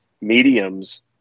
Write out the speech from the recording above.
mediums